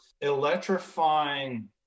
electrifying